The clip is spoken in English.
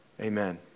Amen